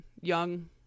young